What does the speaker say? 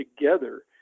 together